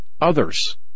others